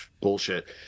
bullshit